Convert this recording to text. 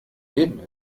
leben